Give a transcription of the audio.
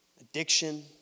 addiction